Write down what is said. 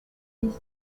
with